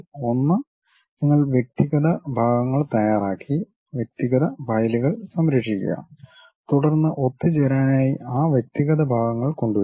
ഒന്ന് നിങ്ങൾ വ്യക്തിഗത ഭാഗങ്ങൾ തയ്യാറാക്കി വ്യക്തിഗത ഫയലുകൾ സംരക്ഷിക്കുക തുടർന്ന് ഒത്തുചേരാനായി ആ വ്യക്തിഗത ഭാഗങ്ങൾ കൊണ്ടുവരിക